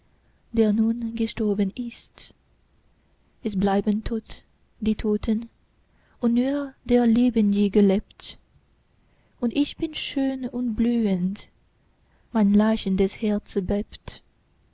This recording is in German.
der nun gestorben ist es bleiben tot die toten und nur der lebendige lebt und ich bin schön und blühend mein lachendes herze